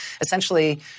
essentially